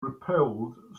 repelled